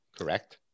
correct